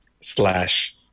slash